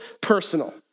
personal